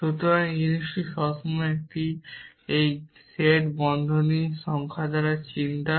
সুতরাং এটা সবসময় জিনিস এই সেট বন্ধনী সংখ্যা সম্পর্কে চিন্তা